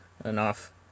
enough